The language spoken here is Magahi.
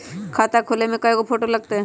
खाता खोले में कइगो फ़ोटो लगतै?